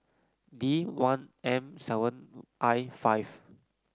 D one M seven I five